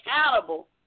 accountable